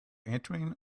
entering